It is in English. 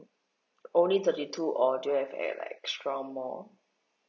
only thirty two or do you have e~ like extra more